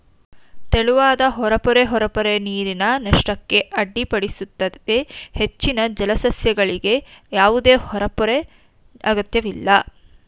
ತೆಳುವಾದ ಹೊರಪೊರೆ ಹೊರಪೊರೆ ನೀರಿನ ನಷ್ಟಕ್ಕೆ ಅಡ್ಡಿಪಡಿಸುತ್ತವೆ ಹೆಚ್ಚಿನ ಜಲಸಸ್ಯಗಳಿಗೆ ಯಾವುದೇ ಹೊರಪೊರೆ ಅಗತ್ಯವಿಲ್ಲ